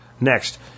Next